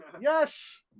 Yes